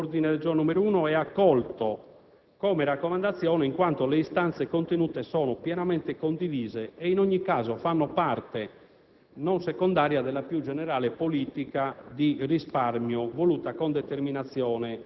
alla senatrice De Petris. L'ordine del giorno G1 è accolto come raccomandazione, in quanto le istanze contenute sono pienamente condivise e, in ogni caso, sono parte